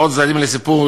עוד צדדים לסיפור,